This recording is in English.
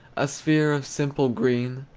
a sphere of simple green,